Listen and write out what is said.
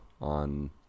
on